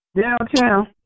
downtown